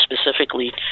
specifically